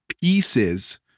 pieces